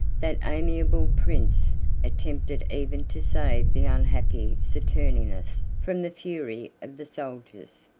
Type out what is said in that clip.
that amiable prince attempted even to save the unhappy saturninus from the fury of the soldiers.